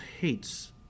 hates